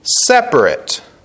Separate